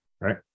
right